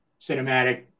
cinematic